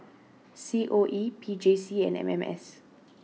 C O E P J C and M M S